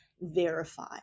verify